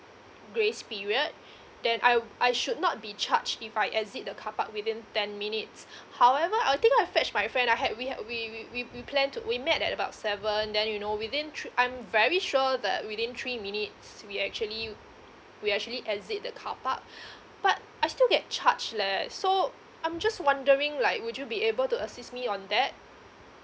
grace period then I I should not be charged if I exit the car park within ten minutes however I think I fetch my friend I had we had we we we we plan to we met at about seven then you know within three I'm very sure that within three minutes we actually we actually exit the car park but I still get charge leh so I'm just wondering like would you be able to assist me on that